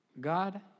God